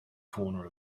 corner